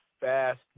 fast